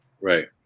Right